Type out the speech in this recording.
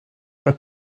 pas